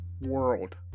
world